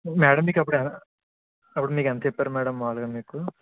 madam మీకు అప్పుడు ఆ అప్పుడు మీకు ఎంత చెప్పారు మ్యాడమ్ మాములుగా మీకు